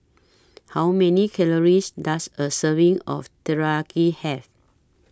How Many Calories Does A Serving of Teriyaki Have